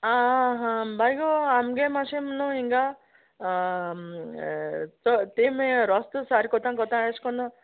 आ हा बाय गो आमगे मातशेंं न्हू हिंगा चो ते माए रोस्तो सारकें कोता कोता एश कोन